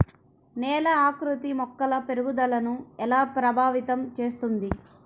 నేల ఆకృతి మొక్కల పెరుగుదలను ఎలా ప్రభావితం చేస్తుంది?